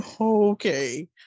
Okay